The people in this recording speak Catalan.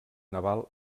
naval